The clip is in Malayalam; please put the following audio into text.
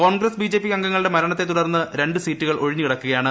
കോൺഗ്രസ്സ് ബിജെപി അംഗങ്ങളുടെ മരണത്തെ തുടർന്ന് രണ്ട് സീറ്റുകൾ ഒഴിഞ്ഞു കിടക്കുകയാണ്